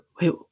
wait